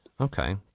Okay